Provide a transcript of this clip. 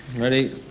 ready?